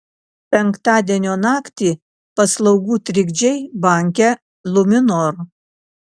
penktadienio naktį paslaugų trikdžiai banke luminor